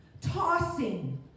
tossing